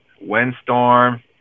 windstorm